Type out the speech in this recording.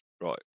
Right